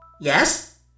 Yes